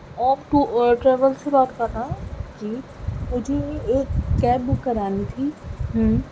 آپ ٹریول سے بات کر رہے ہیں جی او جی ایک کیب بک کرانی تھی